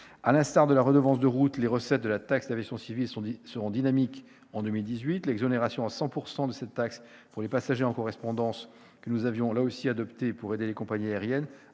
celles de la redevance de route, les recettes de la taxe de l'aviation civile seront dynamiques en 2018. L'exonération à 100 % de cette taxe pour les passagers en correspondance, que nous avions là aussi adoptée pour aider les compagnies aériennes,